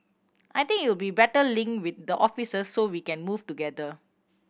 I think it'll better link with the officers so we can move together